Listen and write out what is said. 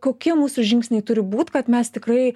kokie mūsų žingsniai turi būt kad mes tikrai